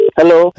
hello